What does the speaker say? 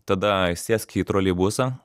tada sėsk į troleibusą